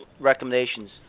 recommendations